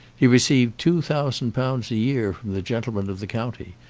he received two thousand pounds a year from the gentlemen of the county,